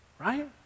Right